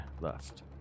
left